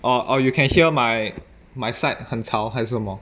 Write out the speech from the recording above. or or you can hear my my side 很吵还是什么